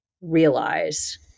realize